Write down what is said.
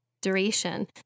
duration